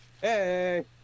hey